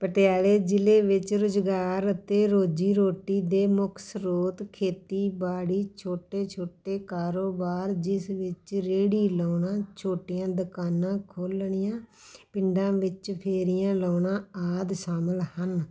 ਪਟਿਆਲੇ ਜ਼ਿਲ੍ਹੇ ਵਿੱਚ ਰੁਜ਼ਗਾਰ ਅਤੇ ਰੋਜ਼ੀ ਰੋਟੀ ਦੇ ਮੁੱਖ ਸਰੋਤ ਖੇਤੀਬਾੜੀ ਛੋਟੇ ਛੋਟੇ ਕਾਰੋਬਾਰ ਜਿਸ ਵਿੱਚ ਰੇਹੜੀ ਲਾਉਣਾ ਛੋਟੀਆਂ ਦੁਕਾਨਾਂ ਖੋਲ੍ਹਣੀਆਂ ਪਿੰਡਾਂ ਵਿੱਚ ਫੇਰੀਆਂ ਲਾਉਣਾ ਆਦਿ ਸ਼ਾਮਿਲ ਹਨ